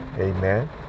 Amen